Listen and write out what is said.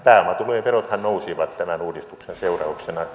pääomatulojen verothan nousivat tämän uudistuksen seurauksena